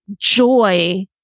joy